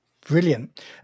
Brilliant